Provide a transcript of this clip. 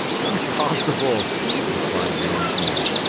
impossible! replied the engineer.